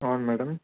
అవును మ్యాడమ్